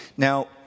Now